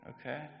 Okay